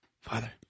Father